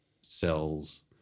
cells